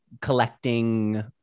collecting